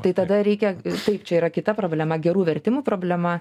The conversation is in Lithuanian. tai tada reikia ir taip čia yra kita problema gerų vertimų problema